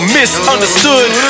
misunderstood